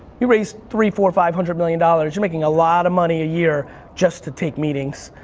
you raise three, four, five hundred million dollars, you're making a lot of money a year just to take meetings.